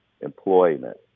employment